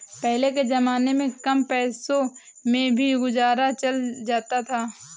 पहले के जमाने में कम पैसों में भी गुजारा चल जाता था